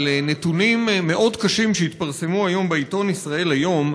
על נתונים מאוד קשים שהתפרסמו היום בעיתון ישראל היום,